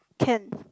can